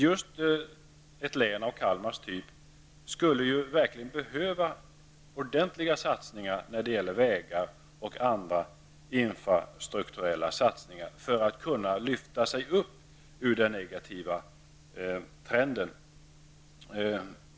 Just ett län av Kalmar läns typ skulle verkligen behöva ordentliga infrastrukturella satsningar när det gäller vägar och annat för att kunna lyfta sig upp ur den negativa trenden.